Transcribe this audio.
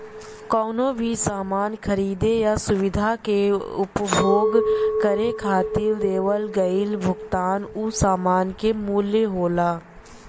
कउनो भी सामान खरीदे या सुविधा क उपभोग करे खातिर देवल गइल भुगतान उ सामान क मूल्य होला